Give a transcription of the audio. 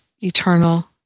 eternal